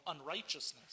unrighteousness